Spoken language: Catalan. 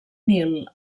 nil